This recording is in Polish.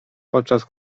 podczas